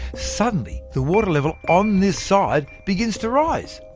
suddenly, the water level on this side begins to rise.